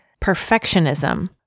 perfectionism